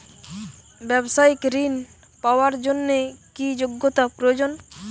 ব্যবসায়িক ঋণ পাওয়ার জন্যে কি যোগ্যতা প্রয়োজন?